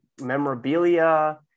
memorabilia